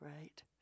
Right